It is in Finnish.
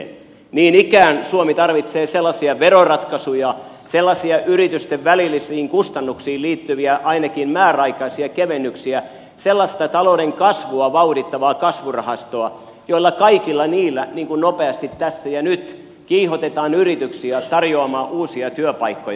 niin ikään suomi tarvitsee sellaisia veroratkaisuja sellaisia yritysten välillisiin kustannuksiin liittyviä ainakin määräaikaisia kevennyksiä sellaista talouden kasvua vauhdittavaa kasvurahastoa joilla kaikilla niillä niin kuin nopeasti tässä ja nyt kiihotetaan yrityksiä tarjoamaan uusia työpaikkoja